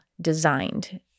designed